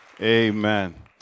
Amen